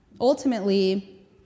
ultimately